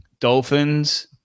Dolphins